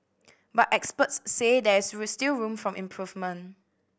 but experts say there is still room for improvement